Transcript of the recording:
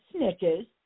snitches